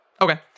Okay